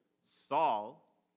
Saul